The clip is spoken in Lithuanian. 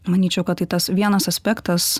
manyčiau kad tai tas vienas aspektas